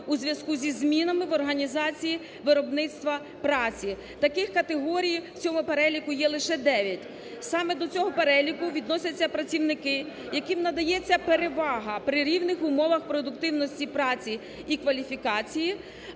у зв'язку зі змінами в організації виробництва праці. Таких категорій в цьому переліку є лише дев'ять. Саме до цього переліку відносяться працівники, яким надається перевага при рівних умовах продуктивності праці і кваліфікації